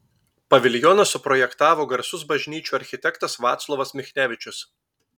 paviljoną suprojektavo garsus bažnyčių architektas vaclovas michnevičius